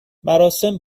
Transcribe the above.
مراسم